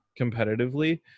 competitively